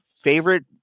favorite